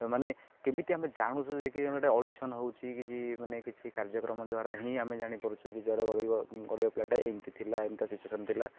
ମାନେ କେମିତି ଆମେ ଜାଣୁଛୁ ଯେକି ଆମେ ଏଇଟା ଅଡ଼ିସନ ହେଉଛି କିଛି ମାନେ କିଛି କାର୍ଯ୍ୟକ୍ରମ ଦ୍ୱାରା ହିଁ ଆମେ ଜାଣିପାରୁଛୁ କି ଯେଉଁଟା ଗିବ ଗରିବ ପିଲାଟା ଏମିତି ଥିଲା ଏମିତି ସିଚୁଏସନ୍ ଥିଲା